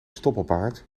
stoppelbaard